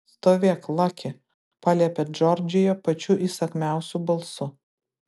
stovėk laki paliepė džordžija pačiu įsakmiausiu balsu